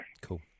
Cool